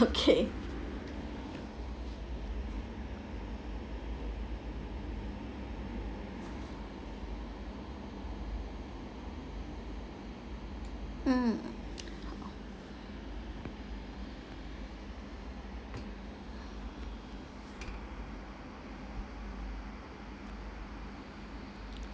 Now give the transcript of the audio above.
okay mm